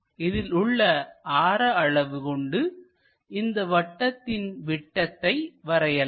இதில் உள்ள ஆர அளவு கொண்டு இந்த வட்டத்தின் விட்டத்தை வரையலாம்